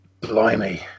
blimey